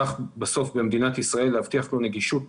האזרח במדינת ישראל, להבטיח לו נגישות